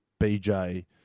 BJ